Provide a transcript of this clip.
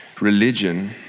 religion